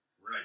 Right